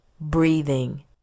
breathing